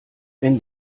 wenn